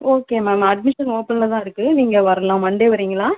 okay ma'am admission ஓப்பன்ல தான் இருக்கு நீங்க வர்லாம் மண்டே வரிங்களா